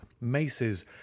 maces